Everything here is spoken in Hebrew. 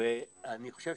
ואני חושב